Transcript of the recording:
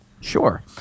Sure